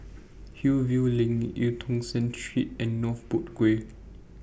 Hillview LINK EU Tong Sen Street and North Boat Quay